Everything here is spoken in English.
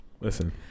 Listen